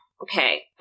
Okay